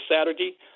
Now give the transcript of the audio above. Saturday